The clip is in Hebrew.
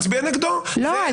לא.